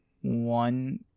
one